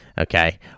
Okay